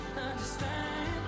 understand